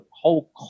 whole